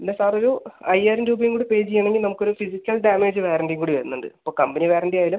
പിന്നെ സാർ ഒരു അയ്യായിരം രൂപയും കൂടി പേ ചെയ്യുകയാണെങ്കിൽ നമുക്ക് ഒരു ഫിസിക്കൽ ഡാമേജ് വാറണ്ടിയും കൂടി വരുന്നുണ്ട് ഇപ്പോൾ കമ്പനി വാറണ്ടി ആയാലും